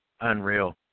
Unreal